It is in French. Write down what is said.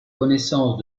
connaissance